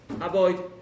avoid